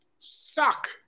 suck